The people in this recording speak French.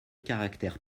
caractère